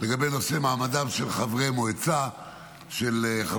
בנושא מעמדם של חברי מועצה בערים.